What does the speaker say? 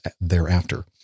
thereafter